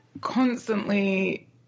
constantly